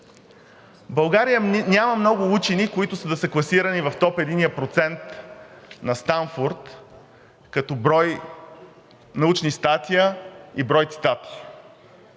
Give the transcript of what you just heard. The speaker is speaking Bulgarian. България няма много учени, които да са класирани в топ единия процент на Станфорд като брой научни статии и брой цитати.